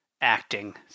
acting